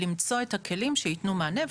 למצוא את הכלים שיתנו מענה.